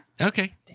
Okay